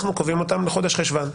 אנחנו קובעים אותן בחודש חשוון,